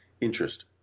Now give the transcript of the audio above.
interest